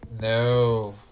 No